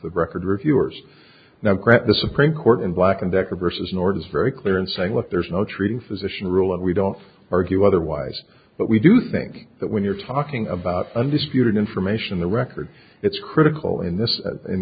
the record reviewer's now greg the supreme court in black and decker versus nord is very clear in saying look there's no treating physician rule and we don't argue otherwise but we do think that when you're talking about undisputed information the record it's critical in this in